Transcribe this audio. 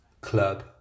club